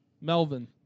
Melvin